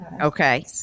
Okay